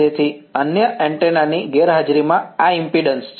તેથી અન્ય એન્ટેના ની ગેરહાજરીમાં આ ઈમ્પિડન્સ છે